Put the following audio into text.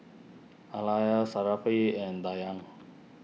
and Dayang